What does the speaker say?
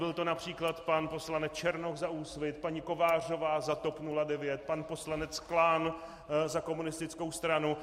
Byl to například pan poslanec Černoch za Úsvit, paní Kovářová za TOP 09, pan poslanec Klán za komunistickou stranu.